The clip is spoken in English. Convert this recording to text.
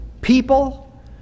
people